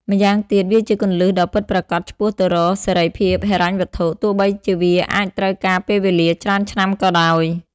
ម្យ៉ាងទៀត វាជាគន្លឹះដ៏ពិតប្រាកដឆ្ពោះទៅរកសេរីភាពហិរញ្ញវត្ថុ ទោះបីជាវាអាចត្រូវការពេលវេលាច្រើនឆ្នាំក៏ដោយ។